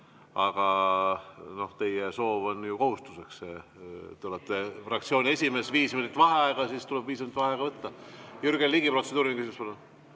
Aga teie soov on ju kohustuseks, te olete fraktsiooni esimees. Kui viis minutit vaheaega, siis tuleb viis minutit vaheaega võtta. Jürgen Ligi, protseduuriline küsimus,